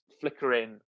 flickering